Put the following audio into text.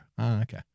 okay